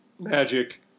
magic